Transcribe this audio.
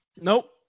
Nope